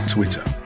Twitter